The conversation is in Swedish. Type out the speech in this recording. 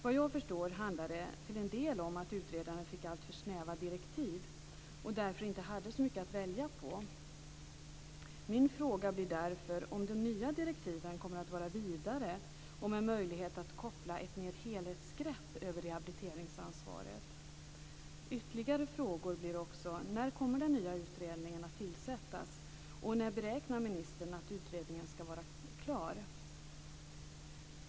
Vad jag förstår handlar det till en del om att utredaren fick alltför snäva direktiv och därför inte hade så mycket att välja på. Min fråga blir därför om de nya direktiven kommer att vara vidare, med möjlighet att koppla mer av ett helhetsgrepp över rehabiliteringsansvaret. Ytterligare frågor blir: När kommer den nya utredningen att tillsättas och när beräknar ministern att utredningen skall vara klar?